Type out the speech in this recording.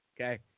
Okay